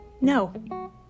No